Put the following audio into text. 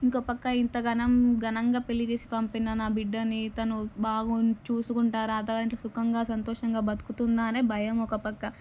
ఇంకో పక్క ఇంతగానం ఘనంగా పెళ్ళి చేసి పంపిన నా బిడ్డని తను బాగా చూసుకుంటారా తను సుఖంగా సంతోషంగా బ్రతుకుతుందా అనే భయం ఒక పక్క